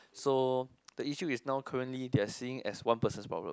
so the issue is now currently they are seeing as one person's problem